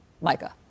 Micah